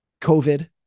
COVID